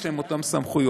יש להם אותן סמכויות.